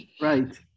right